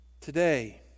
today